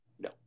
No